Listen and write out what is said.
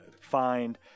find